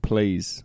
Please